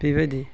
बेबायदि